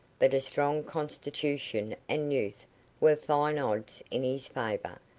but a strong constitution and youth were fine odds in his favour,